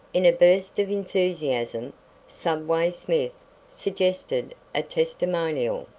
in a burst of enthusiasm subway smith suggested a testimonial.